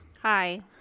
Hi